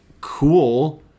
cool